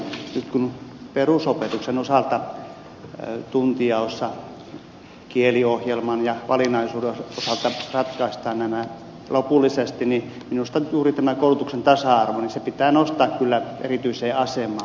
nyt kun perusopetuksen osalta tuntijaossa kieliohjelman ja valinnaisuuden osalta ratkaistaan nämä lopullisesti minusta juuri koulutuksen tasa arvo pitää kyllä nostaa erityiseen asemaan